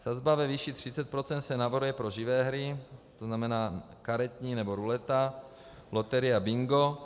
Sazba ve výši 30 % se navrhuje pro živé hry, to znamená karetní nebo ruleta, loterie a bingo.